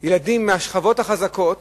ילדים מהשכבות החזקות